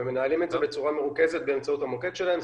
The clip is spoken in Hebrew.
הם מנהלים את זה בצורה מרוכזת באמצעות המוקד שלכם.